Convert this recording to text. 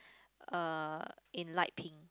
uh in light pink